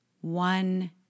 one